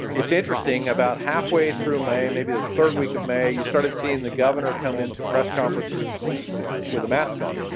it's interesting. about halfway through may, maybe the. third week of may. you started seeing the governor come into press conferences with a mask on,